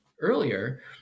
earlier